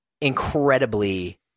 incredibly